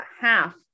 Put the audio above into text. half